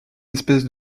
espèce